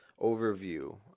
overview